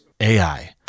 AI